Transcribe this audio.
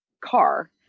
car